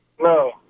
No